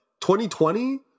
2020